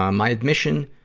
um my admission